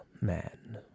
man